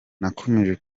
nakomeje